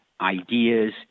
ideas